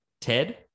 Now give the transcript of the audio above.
Ted